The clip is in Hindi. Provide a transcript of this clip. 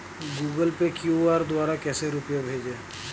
गूगल पे क्यू.आर द्वारा कैसे रूपए भेजें?